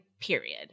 period